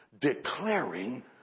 declaring